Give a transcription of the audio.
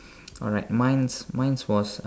alright mine's mine's was